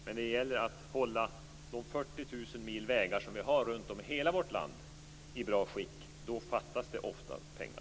När det gäller att hålla de 40 000 mil vägar som vi har runt om i hela vårt land i bra skick fattas det ofta pengar.